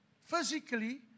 physically